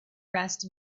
rest